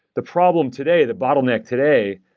the problem today, the bottleneck today,